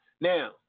Now